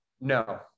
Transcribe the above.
No